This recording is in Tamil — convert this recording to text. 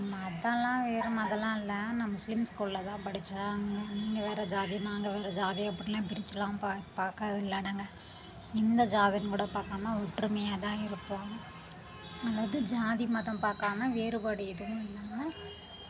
மத எல்லாம் வேறு மத எல்லாம் இல்லை நான் முஸ்லீம்ஸ் ஸ்கூலில் தான் படிச்சேன் அங்கே நீங்கள் வேறு ஜாதி நாங்கள் வேறு ஜாதி அப்படிலாம் பிரிச்சி எல்லாம் பார்க்கிறது இல்லை நாங்கள் எந்த ஜாதின்னு கூட பார்க்காம ஒற்றுமையாகதான் இருப்போம் அதாவது ஜாதி மதம் பார்க்காம வேறுபாடு எதுவும் இல்லாம